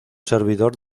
servidor